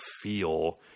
feel